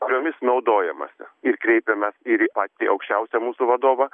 kuriomis naudojamasi ir kreipėmės ir į patį aukščiausią mūsų vadovą